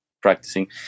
practicing